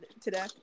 today